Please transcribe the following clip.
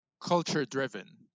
culture-driven